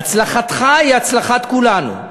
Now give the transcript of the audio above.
"הצלחתך היא הצלחת כולנו.